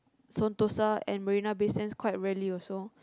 Sentosa and marina-bay-sands quite rarely also